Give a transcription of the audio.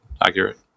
accurate